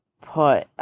put